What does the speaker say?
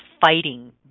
fighting